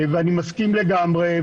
ואני מסכים לגמרי,